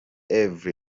evra